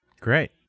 Great